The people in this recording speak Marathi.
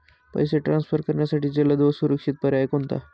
पैसे ट्रान्सफर करण्यासाठी जलद व सुरक्षित पर्याय कोणता?